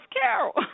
Carol